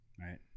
right